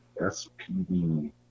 SPD